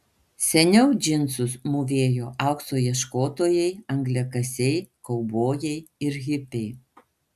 seniau džinsus mūvėjo aukso ieškotojai angliakasiai kaubojai ir hipiai